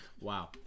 Wow